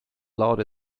allowed